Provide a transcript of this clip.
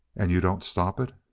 and you don't stop it?